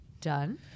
Done